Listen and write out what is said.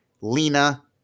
Lena